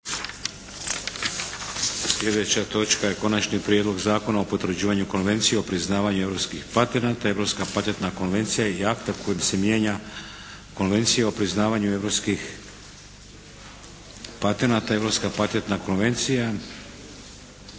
Sljedeća točka je: - Konačni prijedlog Zakona o potvrđivanje Konvencije o priznavanju europskih patenata (Europska patentna konvencija) i akta kojim se mijenja Konvencija o priznavanju europskih patenata (Europska patentna konvencija),